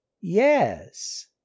Yes